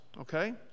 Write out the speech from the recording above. okay